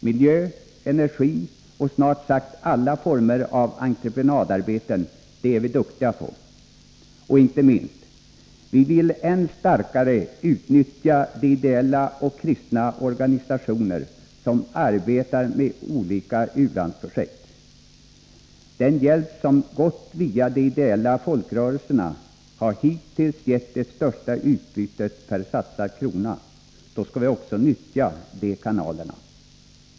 Miljö, energi och snart sagt alla former av entreprenadarbeten är vi duktiga på. Och inte minst, vi vill än starkare utnyttja de ideella och kristna organisationer som arbetar med olika u-landsprojekt. Den hjälp som gått via de ideella folkrörelserna har hittills gett det största utbytet per satsad krona. Då skall vi också nyttja de kanalerna.